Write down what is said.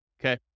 Okay